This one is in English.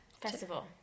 Festival